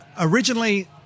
Originally